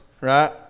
right